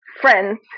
friends